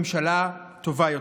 ממשלה טובה יותר.